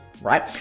right